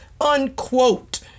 unquote